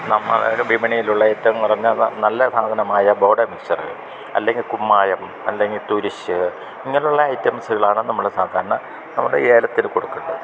നമ്മൾ വിപണിയിലുള്ള ഏറ്റോം കുറഞ്ഞ നല്ല സാധനമായ ബോഡർ മിക്സ്ച്ചറ് അല്ലെങ്കിൽ കുമ്മായം അല്ലെങ്കിൽ തുരിശ്ശ് ഇങ്ങനുള്ള ഐറ്റംസ്സ്കളാണ് നമ്മൾ സാധാരണ നമ്മുടെ ഏലത്തിന് കൊടുക്കേണ്ടത്